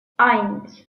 eins